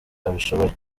abishoboye